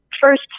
first